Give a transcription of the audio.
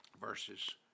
verses